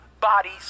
bodies